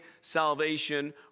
salvation